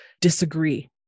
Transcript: disagree